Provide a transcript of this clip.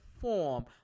form